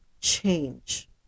change